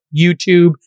YouTube